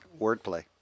Wordplay